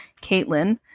Caitlin